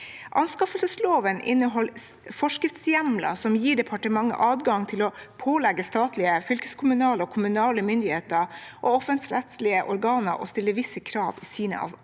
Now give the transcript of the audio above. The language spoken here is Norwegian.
Anskaffelsesloven inneholder forskriftshjemler som gir departementet adgang til å pålegge statlige, fylkeskommunale og kommunale myndigheter og offentligrettslige organer å stille visse krav i sine anskaffelser.